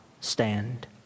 stand